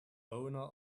owner